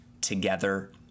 together